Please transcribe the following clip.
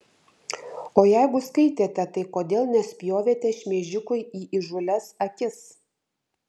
o jeigu skaitėte tai kodėl nespjovėte šmeižikui į įžūlias akis